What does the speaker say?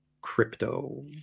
crypto